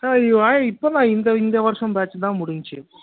ஆ இப்போ தான் இந்த இந்த வர்ஷம் பேட்ச் தான் முடிஞ்சிச்சு